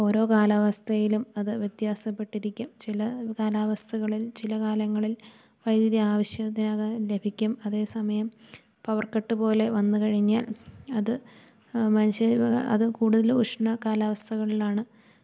ഓരോ കാലാവസ്ഥയിലും അത് വ്യത്യാസപ്പെട്ടിരിക്കും ചില കാലാവസ്ഥകളിൽ ചില കാലങ്ങളിൽ വൈദ്യുതി ആവശ്യത്തിനത് ലഭിക്കും അതേ സമയം പവർക്കട്ട് പോലെ വന്ന് കഴിഞ്ഞാൽ അത് മനുഷ്യ ജീവിതം അത് കൂടുതല് ഉഷ്ണ കാലാവസ്ഥകളിലാണ്